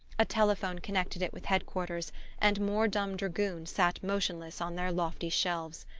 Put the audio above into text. a telephone connected it with head-quarters and more dumb dragoons sat motionless on their lofty shelves.